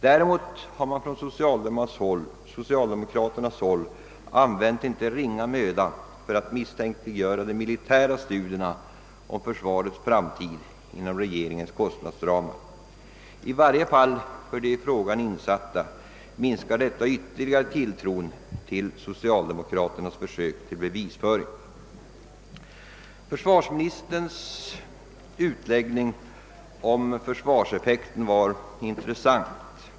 Däremot har från socialdemokraternas håll använts inte ringa möda för att misstänkliggöra de militära studierna om försvarets framtid inom regeringens kostnadsramar. I varje fall för de i frågan insatta minskar detta ytterligare tilltron till socialdemokraternas försök till bevisföring. Försvarsministerns utläggning här om försvarseffekten var intressant.